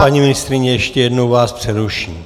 Paní ministryně, ještě jednou vás přeruším.